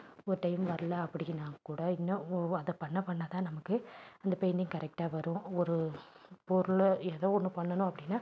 ஒரு டைம் வரல அப்படின்னா கூட இன்னும் ஒ அதை பண்ண பண்ண தான் நமக்கு அந்த பெயிண்டிங் கரெக்டாக வரும் ஒரு பொருளோ ஏதோ ஒன்று பண்ணணும் அப்படின்னா